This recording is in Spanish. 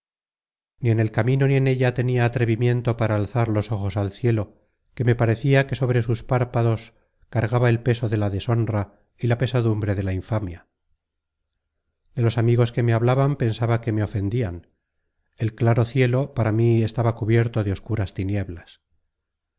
ni en el camino ni en ella tenia atrevimiento para alzar los ojos al cielo que me parecia que sobre sus párpados cargaba el peso de la deshonra y la pesadumbre de la infamia de los amigos que me hablaban pensaba que me ofendian el claro cielo para mí estaba cubierto de oscuras tinieblas